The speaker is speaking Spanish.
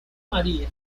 maría